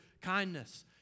kindness